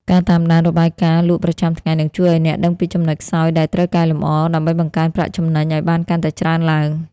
ការតាមដាន "របាយការណ៍លក់ប្រចាំថ្ងៃ" នឹងជួយឱ្យអ្នកដឹងពីចំណុចខ្សោយដែលត្រូវកែលម្អ ដើម្បីបង្កើនប្រាក់ចំណេញឱ្យបានកាន់តែច្រើនឡើង។